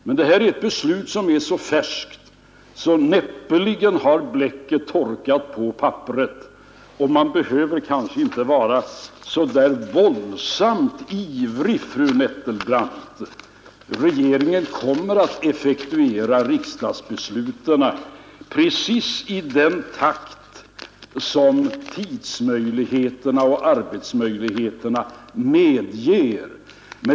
Men det här beslutet är ju så färskt att bläcket näppeligen har torkat på papperet, och man behöver kanske inte vara så där våldsamt ivrig, fru Nettelbrandt. Regeringen kommer att effektuera riksdagsbesluten precis i den takt som tiden och arbetsmöjligheterna medger.